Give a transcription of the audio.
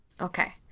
Okay